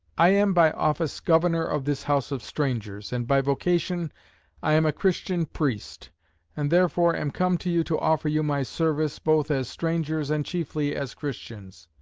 i am by office governor of this house of strangers, and by vocation i am a christian priest and therefore am come to you to offer you my service, both as strangers and chiefly as christians.